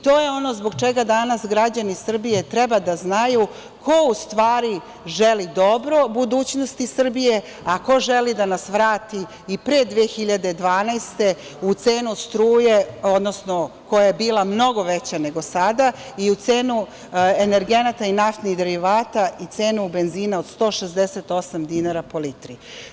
To je ono zbog čega danas građani Srbije treba da znaju ko u stvari želi dobro budućnosti Srbije, a ko želi da nas vrati i pre 2012. godine u cenu struje, odnosno koja je bila mnogo veća nego sada i u cenu energenata i naftnih derivata i cenu benzina od 168 dinara po litru.